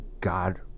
God